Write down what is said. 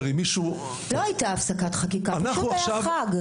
לא הייתה הפסקת חקיקה, פשוט היה חג.